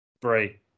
Three